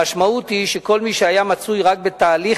המשמעות היא שכל מי שהיה מצוי רק בתהליך